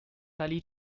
tali